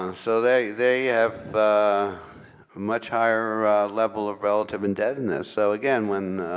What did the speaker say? um so they they have a much higher level of relative indebtedness. so again when